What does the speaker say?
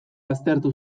aztertu